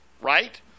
right